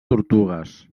tortugues